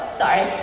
sorry